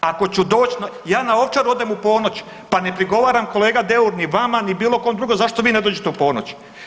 Ako ću doći, ja na Ovčaru odem u ponoć pa ne prigovaram kolega Deur ni vama, ni bilo kome drugom zašto vi ne dođete u ponoć.